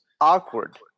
awkward